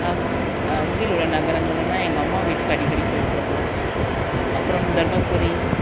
அருகில் உள்ள நகரங்கள்னா எங்கள் அம்மா வீட்டுக்கு அடிக்கடி போய்ட்டு வருவோம் அப்புறம் தருமபுரி